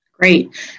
Great